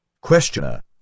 Questioner